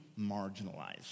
marginalized